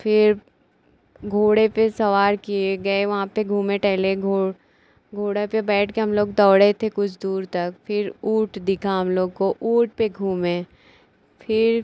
फिर घोड़े पर सवार किए गए वहाँ पर घूमे टहले घो घोड़े पर बैठकर हम लोग दौड़े थे कुछ दूर तक फिर ऊँट दिखा हम लोग को ऊँट घूमें फिर